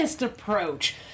approach